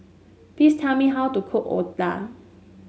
please tell me how to cook otah